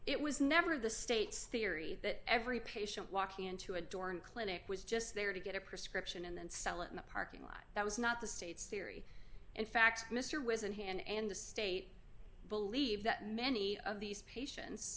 it was never the state's theory that every patient walking into a door and clinic was just there to get a prescription and then sell it in a parking lot that was not the state's theory in fact mr was in hand and the state believe that many of these patien